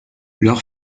leur